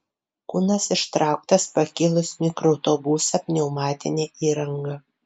kūnas ištrauktas pakėlus mikroautobusą pneumatine įranga